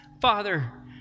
Father